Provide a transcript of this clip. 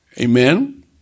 Amen